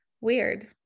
weird